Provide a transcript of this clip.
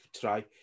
try